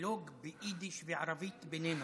הדיאלוג ביידיש וערבית בינינו.